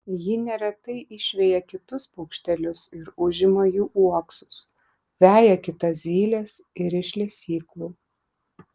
ji neretai išveja kitus paukštelius ir užima jų uoksus veja kitas zyles ir iš lesyklų